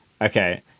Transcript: Okay